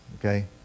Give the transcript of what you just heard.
Okay